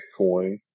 Bitcoin